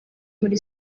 muri